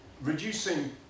reducing